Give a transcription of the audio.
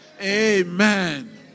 Amen